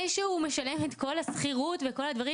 שהוא משלם את כל השכירות ואת כל הדברים,